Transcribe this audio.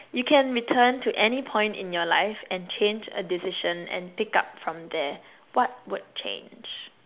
you can return to any point in your life and change a decision and pick up from there what would change